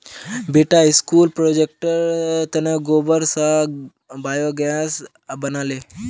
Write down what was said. बेटा स्कूल प्रोजेक्टेर तने गोबर स बायोगैस बना ले